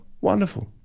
wonderful